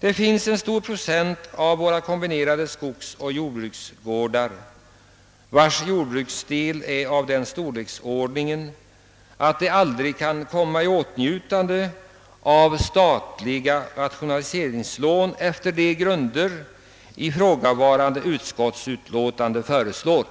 Det är en stor procent av våra kombinerade skogsoch jordbruk vilkas jordbruksdelar är av den storleksordningen att de aldrig kan komma i åtnjutande av statliga rationaliseringslån efter de grunder utskottet föreslår.